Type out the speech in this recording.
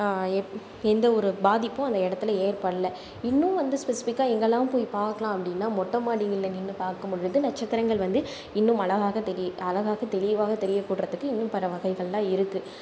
எந்த ஒரு பாதிப்பும் அந்த இடத்தில் ஏற்படலை இன்னும் வந்து ஸ்பெசிஃபிக்காக எங்கெலாம் போய் பார்க்கலாம் அப்படினா மொட்டை மாடிகளில் நின்று பார்க்கும் பொழுது நட்சத்திரங்கள் வந்து இன்னும் அழகாக தெரி அழகாக தெளிவாக தெரியக் கூடறதுக்கு இன்னும் பல வகைகளெலாம் இருக்குது